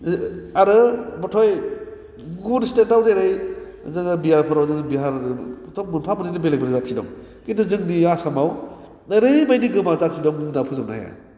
आरो मथै गुबुन स्टेटआव जेरै जोङो बिहार फोराव जेरै बिहार हयथ मोनफा मोननैल' बेलेग बेलेग जाथि दं खिनथु जोंनि आसामाव ओरैबादि गोबां जाथि दं बुंनानै फोजोबनो हाया